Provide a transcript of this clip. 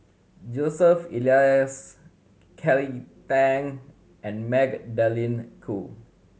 Joseph Elias Kelly Tang and Magdalene Khoo